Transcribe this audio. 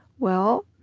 well,